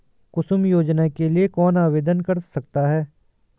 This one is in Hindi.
कुसुम योजना के लिए कौन आवेदन कर सकता है?